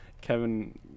kevin